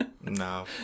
No